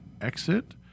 exit